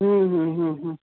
हूं हूं हूं हूं